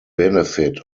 benefit